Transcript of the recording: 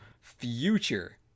future